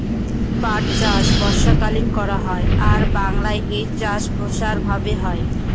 পাট চাষ বর্ষাকালীন করা হয় আর বাংলায় এই চাষ প্রসার ভাবে হয়